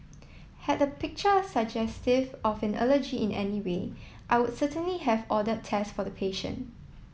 had the picture suggestive of an allergy in any way I would certainly have order test for the patient